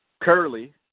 curly